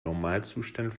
normalzustand